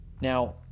now